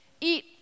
Eat